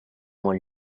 molt